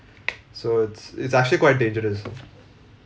so it's it's actually quite dangerous